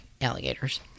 alligators